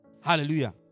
Hallelujah